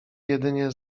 jedynie